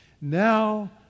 Now